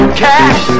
cash